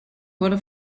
wurde